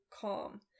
calm